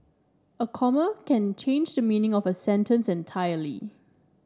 a comma can change the meaning of a sentence entirely